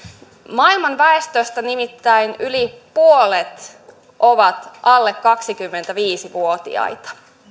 maailman väestöstä nimittäin yli puolet on alle kaksikymmentäviisi vuotiaita